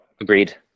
Agreed